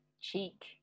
cheek